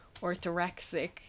orthorexic